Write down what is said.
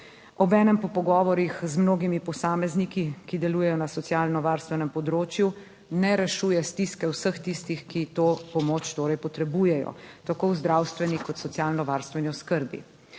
Obenem po pogovorih z mnogimi posamezniki, ki delujejo na socialno varstvenem področju, ne rešuje stiske vseh tistih, ki to pomoč torej potrebujejo, tako v zdravstveni kot socialno varstveni oskrbi.